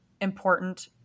important